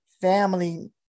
family